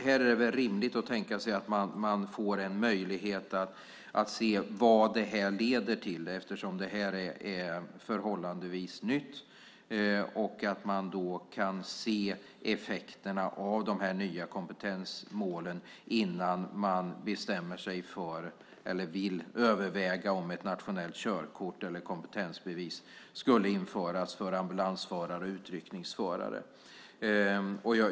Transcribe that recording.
Här är det väl rimligt att man får en möjlighet att se vad det här leder till, eftersom det här är förhållandevis nytt, och att man kan se effekterna av de här nya kompetensmålen innan man bestämmer sig för eller vill överväga om ett nationellt körkort eller kompetensbevis ska införas för ambulansförare och utryckningsförare.